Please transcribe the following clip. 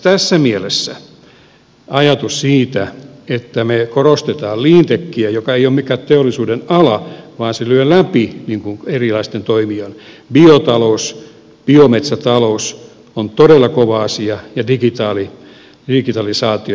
tässä mielessä ajatus siitä että me korostamme cleantechiä joka ei ole mikään teollisuudenala vaan se lyö erilaisten toimijoiden läpi biotaloutta biometsätaloutta jotka ovat todella kovia asioita digitalisaatiota on tärkeä